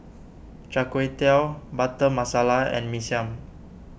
Char Kway Teow Butter Masala and Mee Siam